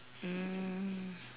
mm